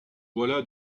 voilà